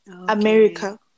America